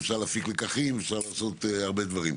להפיק לקחים ואפשר לעשות הרבה דברים.